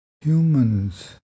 humans